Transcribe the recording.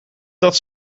dat